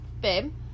babe